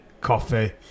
coffee